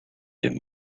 they